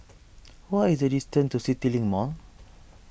what is the distance to CityLink Mall